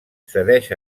cedeix